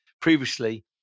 previously